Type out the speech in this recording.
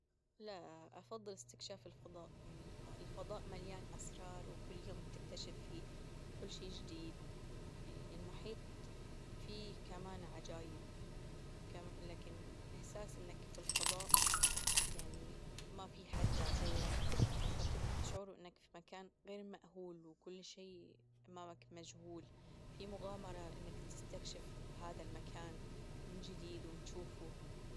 لا أفضل إستكشاف الفضاء يعني الفضاء مليان أسرار وكل يوم بتكتشف فيه كل شي جديد، المحيط في كمان عجايب لكن إحساس إنك في الفضاء يعني ما في حدا غيرك تعطيك شعور إنك في مكان غير مأهول وكل شيء أمامك مجهول في مغامرة إنك تستكشف هذا المكان من جديد وتشوفه.